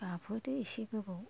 गाबहोदो एसे गोबाव